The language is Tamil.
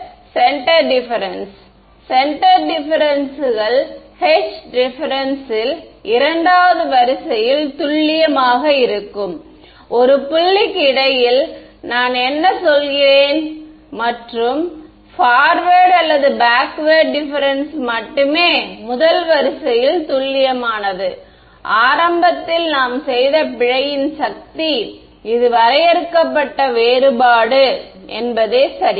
இது ஒரு சென்டர் டிப்பேரென்ஸ் சென்டர் டிப்பேரென்ஸ்கள் h டிப்பேரென்ஸ்ல் இரண்டாவது வரிசையில் துல்லியமாக இருக்கும் ஒரு புள்ளிக்கு இடையில் நான் என்ன சொல்கிறேன் மற்றும் பார்ஃ வார்டு அல்லது பேக்வேர்டு டிஃபரென்ஸ் மட்டுமே முதல் வரிசையில் துல்லியமானது ஆரம்பத்தில் நாம் செய்த பிழையின் சக்தி இது வரையறுக்கப்பட்ட வேறுபாடு சரி